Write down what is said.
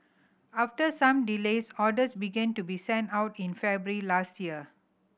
after some delays orders began to be sent out in February last year